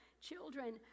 children